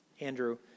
Andrew